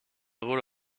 vaulx